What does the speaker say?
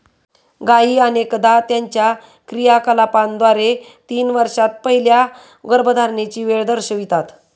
गायी अनेकदा त्यांच्या क्रियाकलापांद्वारे तीन वर्षांत पहिल्या गर्भधारणेची वेळ दर्शवितात